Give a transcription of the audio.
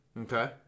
Okay